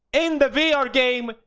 in the vr game,